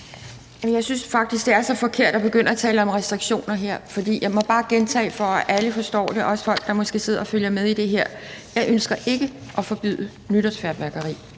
Jeg synes faktisk, det er så forkert, at man begynder at lave restriktioner her. For jeg må bare gentage det, for at alle forstår det, også dem, der måske sidder og følger med i det her: Jeg ønsker ikke at forbyde nytårsfyrværkeri.